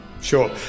sure